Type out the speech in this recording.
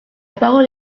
parole